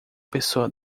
pessoa